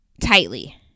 tightly